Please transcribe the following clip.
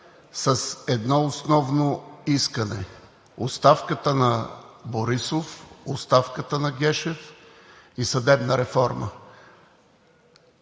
с едно основно искане: оставката на Борисов, оставката на Гешев и съдебна реформа.